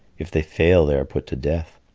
if they fail they are put to death.